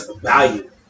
value